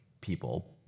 people